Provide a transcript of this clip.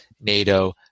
NATO